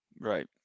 Right